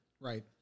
Right